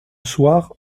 soir